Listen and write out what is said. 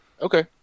Okay